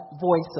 voice